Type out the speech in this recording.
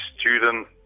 student